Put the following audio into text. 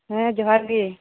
ᱦᱮᱸ ᱡᱚᱦᱟᱨᱜᱤ